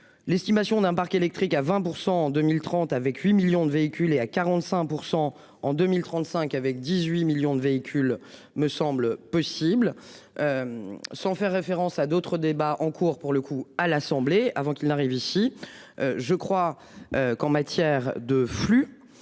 L'estimation d'un parc électrique à 20% en 2030 avec 8 millions de véhicules et à 45% en 2035 avec 18 millions de véhicules me semble possible. Sans faire référence à d'autres débats en cours pour le coup, à l'Assemblée avant qu'il arrive ici. Je crois qu'en matière de flux.